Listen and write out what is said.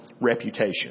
reputation